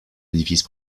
édifice